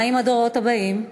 מה עם הדורות הבאים?